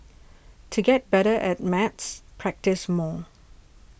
to get better at maths practise more